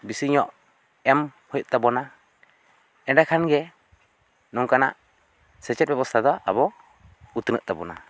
ᱵᱤᱥᱤ ᱧᱚᱜ ᱮᱢ ᱦᱩᱭᱩᱜ ᱛᱟᱵᱚᱱᱟ ᱮᱸᱱᱰᱮᱠᱷᱟᱱ ᱜᱮ ᱱᱚᱝᱠᱟᱱᱟᱜ ᱥᱮᱪᱮᱫ ᱵᱮᱵᱚᱥᱛᱷᱟ ᱫᱚ ᱟᱵᱚ ᱩᱛᱱᱟᱹᱜ ᱛᱟᱵᱚᱱᱟ